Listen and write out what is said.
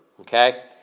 Okay